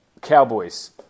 Cowboys